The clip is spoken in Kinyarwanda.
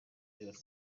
ngobyi